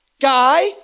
guy